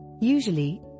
Usually